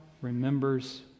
remembers